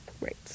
Right